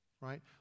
right